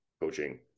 coaching